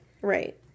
Right